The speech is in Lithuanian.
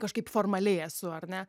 kažkaip formaliai esu ar ne